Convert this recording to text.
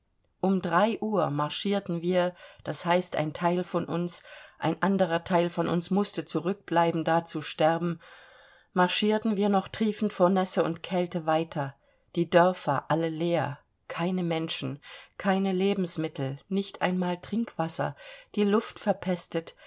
um uhr marschierten wir das heißt ein teil von uns ein anderer teil von uns mußte zurückbleiben da zu sterben marschierten wir noch triefend vor nässe und kälte weiter die dörfer alle leer keine menschen keine lebensmittel nicht einmal trinkwasser die luft verpestet